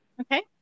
Okay